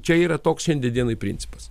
čia yra toks šiandien dienai principas